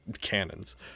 cannons